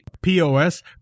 POS